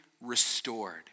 restored